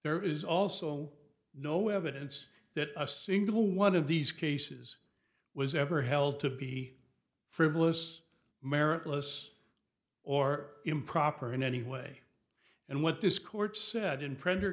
there is also no evidence that a single one of these cases was ever held to be frivolous meritless or improper in any way and what this court said in